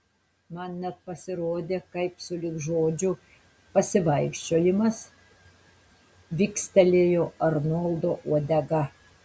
man net pasirodė kaip sulig žodžiu pasivaikščiojimas vikstelėjo arnoldo uodega